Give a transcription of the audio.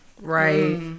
right